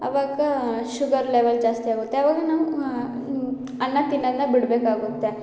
ಆವಾಗ sugar level ಜಾಸ್ತಿ ಆಗುತ್ತೆ ಆವಾಗ ನಾವು ಅನ್ನ ತಿನ್ನೋದನ್ನ ಬಿಡಬೇಕಾಗುತ್ತೆ